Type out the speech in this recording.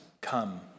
come